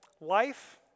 life